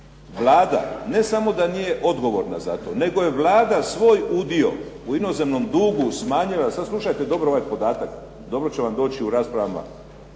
Vlada ne samo da nije odgovorna za to, nego je Vlada svoj udio u inozemnom dugu smanjila, sad slušajte dobro ovaj podatak, dobro će vam doći u raspravama